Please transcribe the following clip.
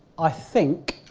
i think.